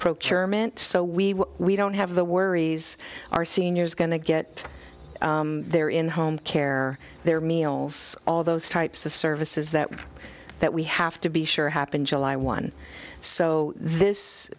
procurement so we we don't have the worries are seniors going to get there in home care their meals all those types of services that we that we have to be sure happen july one so this